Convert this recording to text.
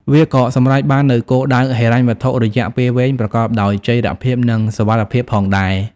វាក៏សម្រេចបាននូវគោលដៅហិរញ្ញវត្ថុរយៈពេលវែងប្រកបដោយចីរភាព និងសុវត្ថិភាពផងដែរ។